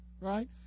right